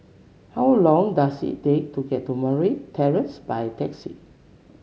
how long does it take to get to Murray Terrace by taxi